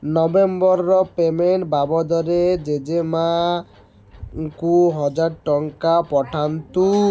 ନଭେମ୍ବରର payment ବାବଦରେ ଜେଜେମାଆଙ୍କୁ ହଜାର ଟଙ୍କା ପଠାନ୍ତୁ